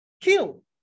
kill